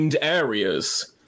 areas